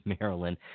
Maryland